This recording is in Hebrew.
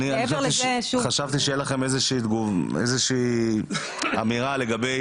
ומעבר לזה --- חשבתי שתהיה לכם איזושהי אמירה לגבי